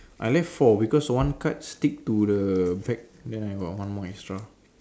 I left four because one card stick to the back then I got one more extra